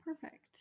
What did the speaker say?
Perfect